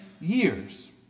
years